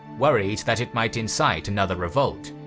worried that it might incite another revolt.